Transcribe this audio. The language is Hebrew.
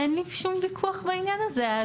אין לי שום ויכוח בעניין הזה,